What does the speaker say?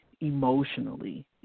emotionally